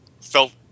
felt